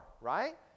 right